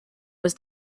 was